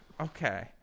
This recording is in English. Okay